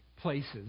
places